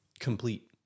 Complete